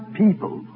people